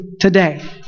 today